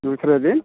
दूसरे दिन